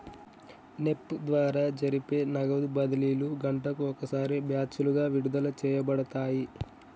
NEFT ద్వారా జరిపే నగదు బదిలీలు గంటకు ఒకసారి బ్యాచులుగా విడుదల చేయబడతాయి